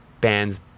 bands